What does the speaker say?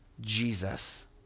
Jesus